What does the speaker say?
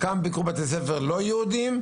כמה ביקרו בבתי ספר לא יהודים.